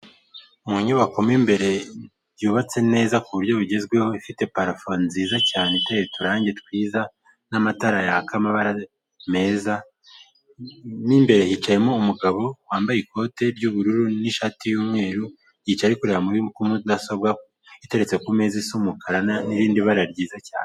Mu nyubako mo imbere, yubatse neza ku buryo bugezweho, ifite parafo nziza cyane iteye uturangi twiza n'amatara yaka amabara meza, mo imbere hicayemo umugabo wambaye ikote ry'ubururu n'ishati y'umweru, yicaye ari kureba muri mudasobwa iteretse ku meza isa umukara n'irindi bara ryiza cyane.